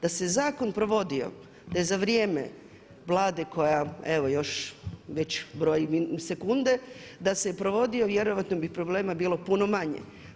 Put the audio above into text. Da se zakon provodio da je za vrijeme Vlade koja evo još broji sekunde, da se je provodio vjerojatno bi problema bilo puno manje.